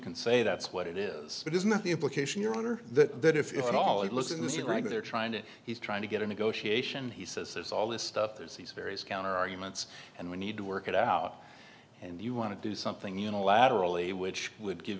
can say that's what it is but isn't that the implication your honor that that if at all it listens you're right they're trying to he's trying to get a negotiation he says there's all this stuff there's these various counter arguments and we need to work it out and you want to do something unilaterally which would give